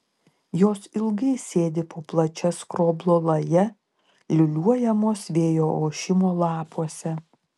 jos ilgai sėdi po plačia skroblo laja liūliuojamos vėjo ošimo lapuose